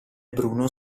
bruno